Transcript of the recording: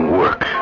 work